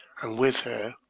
and with her,